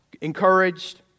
encouraged